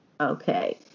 Okay